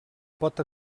pot